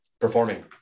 performing